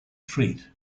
treat